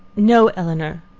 no, elinor,